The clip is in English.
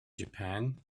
japan